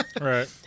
Right